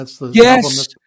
Yes